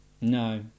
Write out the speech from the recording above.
No